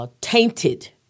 Tainted